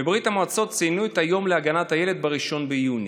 בברית המועצות ציינו את היום להגנת הילד ב-1 ביוני.